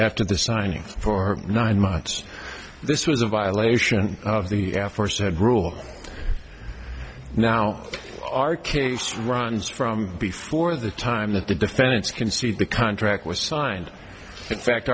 after the signing for nine months this was a violation of the after said rule now our case runs from before the time that the defendants can see the contract was signed in fact